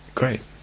great